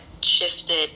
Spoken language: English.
shifted